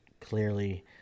clearly